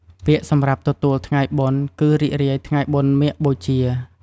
ពាក្យសម្រាប់ទទួលថ្ងៃបុណ្យ គឺ រីករាយថ្ងៃបុណ្យមាឃបូជា។